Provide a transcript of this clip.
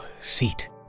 seat